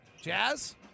Jazz